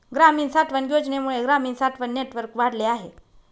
ग्रामीण साठवण योजनेमुळे ग्रामीण साठवण नेटवर्क वाढले आहे